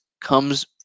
comes